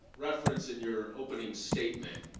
reference in your opening statement.